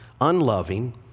unloving